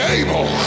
able